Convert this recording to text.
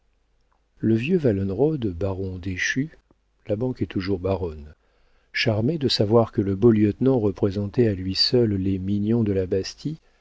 le vieux wallenrod baron allemand déchu la banque est toujours baronne charmé de savoir que le beau lieutenant représentait à lui seul les mignon de la bastie